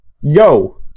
Yo